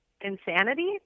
insanity